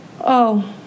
Oh